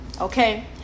Okay